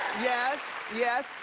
yes. yes.